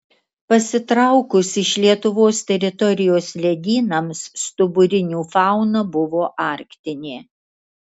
pasitraukus iš lietuvos teritorijos ledynams stuburinių fauna buvo arktinė